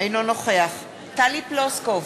אינו נוכח טלי פלוסקוב,